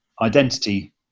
identity